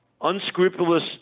unscrupulous